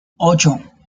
ocho